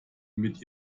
mit